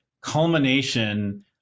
culmination